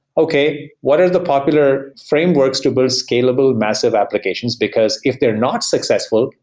okay, what are the popular frameworks to build scalable, massive applications? because if they're not successful,